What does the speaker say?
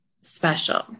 Special